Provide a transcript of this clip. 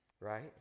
right